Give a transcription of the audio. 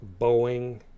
Boeing